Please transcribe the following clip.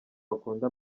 bakunda